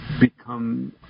become